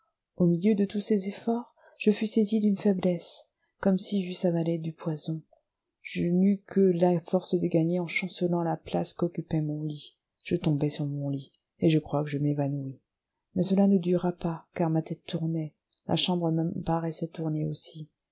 au milieu de tous ces efforts je fus saisi d'une faiblesse comme si j'eusse avalé du poison je n'eus que la force de gagner en chancelant la place qu'occupait mon lit je tombai sur mon lit et je crois que je m'évanouis mais cela ne dura pas car ma tête tournait la chambre me paraissait tourner aussi